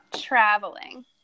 Traveling